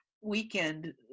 weekend